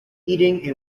eating